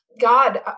God